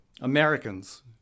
Americans